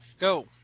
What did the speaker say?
Go